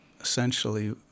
essentially